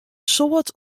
soad